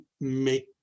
make